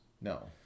No